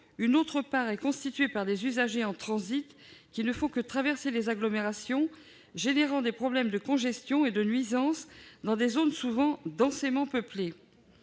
une autre part est constituée par des usagers en transit qui ne font que traverser les agglomérations, créant des problèmes de congestion et des nuisances dans des zones souvent densément peuplées.